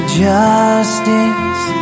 justice